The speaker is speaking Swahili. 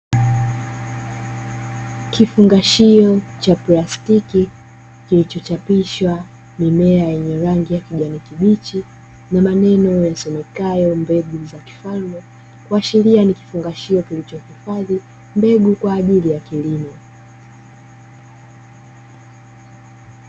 Kifungashio cha plastiki kilicho chapishwa mimea yenye rangi ya kijani kibichi na kuchapishwa maneno yasomekayo mbegu za kifalme ikiashiria ni kifungashio kilichohifadhi mbegu kwa ajili ya kilimo.